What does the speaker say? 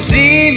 See